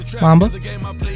Mamba